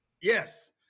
Yes